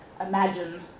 imagine